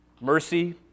Mercy